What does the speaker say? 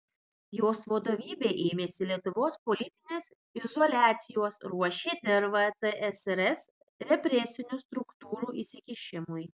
jos vadovybė ėmėsi lietuvos politinės izoliacijos ruošė dirvą tsrs represinių struktūrų įsikišimui